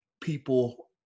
people